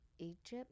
egypt